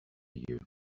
you